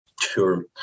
Sure